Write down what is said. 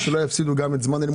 שאלו לגבי תושבות,